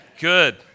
Good